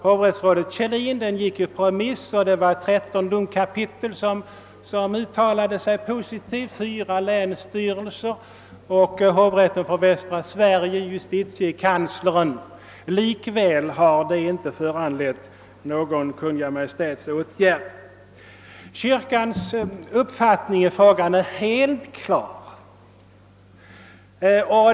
Hovrättspresidenten Kjellins PM gick ut på remiss. 13 domkapitel, 4 länsstyrelser, hovrätten för västra Sverige samt justitiekanslern uttalade sig positivt. Likväl har dessa uttalanden ännu inte föranlett någon Kungl. Maj:ts åtgärd. Kyrkans uppfattning i frågan är helt klar.